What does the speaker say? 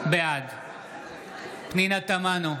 בעד פנינה תמנו,